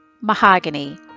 Mahogany